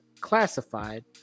classified